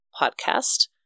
podcast